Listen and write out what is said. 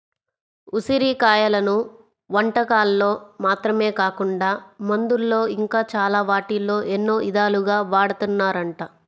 ఉసిరి కాయలను వంటకాల్లో మాత్రమే కాకుండా మందుల్లో ఇంకా చాలా వాటిల్లో ఎన్నో ఇదాలుగా వాడతన్నారంట